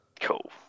Cool